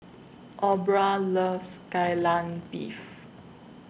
Aubra loves Kai Lanb Beef